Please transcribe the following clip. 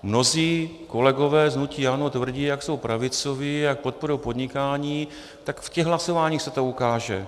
Mnozí kolegové z hnutí ANO tvrdí, jak jsou pravicoví, jak podporují podnikání, tak v těch hlasováních se to ukáže.